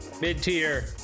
Mid-tier